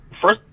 first